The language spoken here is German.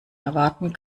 erwarten